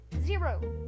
zero